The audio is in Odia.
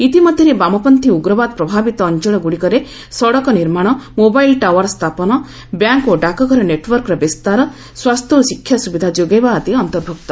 ଏଥିମଧ୍ୟରେ ବାମପନ୍ଥୀ ଉଗ୍ରବାଦ ପ୍ରଭାବିତ ଅଞ୍ଚଳଗୁଡ଼ିକରେ ସଡ଼କ ନିର୍ମାଣ ମୋବାଇଲ୍ ଟାୱାର୍ ସ୍ଥାପନା ବ୍ୟାଙ୍କ୍ ଓ ଡାକଘର ନେଟ୍ୱାର୍କର ବିସ୍ତାର ସ୍ୱାସ୍ଥ୍ୟ ଓ ଶିକ୍ଷା ସ୍ତବିଧା ଯୋଗାଇବା ଆଦି ଅନ୍ତର୍ଭୁକ୍ତ